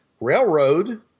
railroad